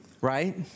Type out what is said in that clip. Right